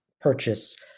purchase